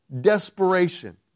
desperation